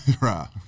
right